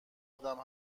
ادم